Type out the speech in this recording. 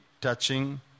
touching